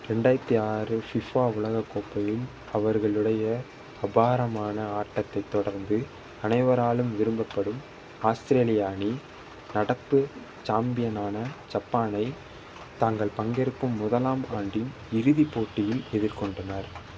ரெண்டாயிரத்தி ஆறு ஃபிஃபா உலகக் கோப்பையில் அவர்களுடைய அபாரமான ஆட்டத்தைத் தொடர்ந்து அனைவராலும் விரும்பப்படும் ஆஸ்திரேலிய அணி நடப்பு சாம்பியனான ஜப்பானை தாங்கள் பங்கேற்கும் முதலாம் ஆண்டின் இறுதிப் போட்டியில் எதிர்கொண்டனர்